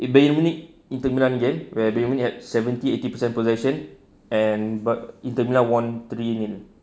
bionic inter milan game where they only had seventy eighty percent possession and but inter milan won three main